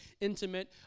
intimate